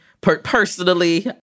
personally